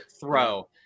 throw